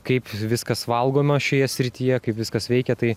kaip viskas valgoma šioje srityje kaip viskas veikia tai